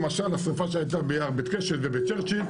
למשל השריפה שהייתה ביער בית קשת ובצ'רצ'יל,